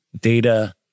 data